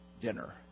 dinner